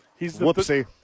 Whoopsie